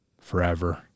Forever